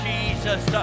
Jesus